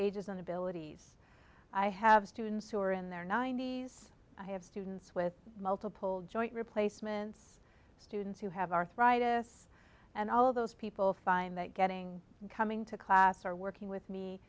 ages and abilities i have students who are in their ninety's i have students with multiple joint replacements students who have arthritis and all of those people find that getting coming to class or working with me